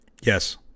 Yes